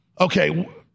Okay